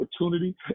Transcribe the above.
opportunity